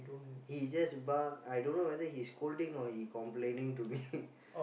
he just bark I don't know whether he scolding or he complaining to me